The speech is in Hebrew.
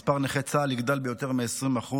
מספר נכי צה"ל יגדל ביותר מ-20%.